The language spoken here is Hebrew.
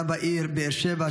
רב העיר באר שבע,